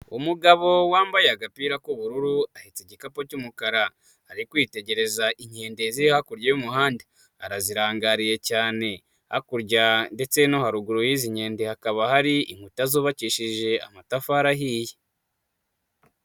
Umugabo wambaye agapira k'ubururu, ahetse igikapu cy'umukara, ari kwitegereza inkende ziri hakurya y'umuhanda, arazirangariye cyane, hakurya ndetse no haruguru y'izi nkende, hakaba hari inkuta zubakishije amatafari ahiye.